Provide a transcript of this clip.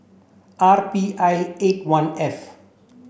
R P I eight one F